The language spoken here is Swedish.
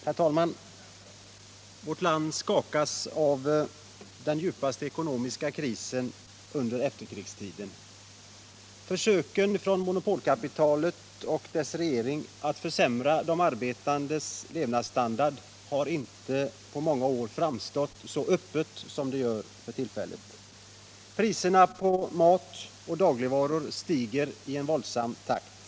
Herr talman! Vårt land skakas av den djupaste ekonomiska krisen sedan krigsslutet. Försöken från monopolkapitalet och dess regering att försämra de arbetandes levnadsstandard har på många år inte visats så öppet som nu. Priserna på mat och andra dagligvaror stiger i våldsam takt.